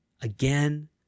again